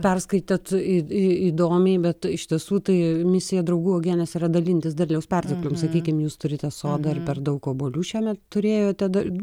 perskaitėt į įdomiai bet iš tiesų tai misija draugų uogienės yra dalintis derliaus pertekliaus sakykim jūs turite sodą ir per daug obuolių šiemet turėjote da